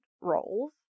roles